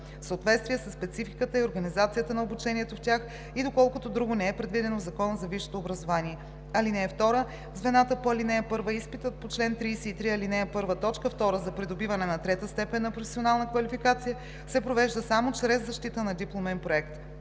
съответствие със спецификата и организацията на обучението в тях и доколкото друго не е предвидено в Закона за висшето образование. (2) В звената по ал. 1 изпитът по чл. 33, ал. 1, т. 2 за придобиване на трета степен на професионална квалификация се провежда само чрез защита на дипломен проект.“